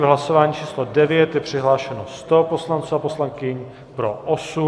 V hlasování číslo 9 je přihlášeno 100 poslanců a poslankyň, pro 8.